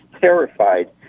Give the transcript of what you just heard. terrified